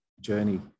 journey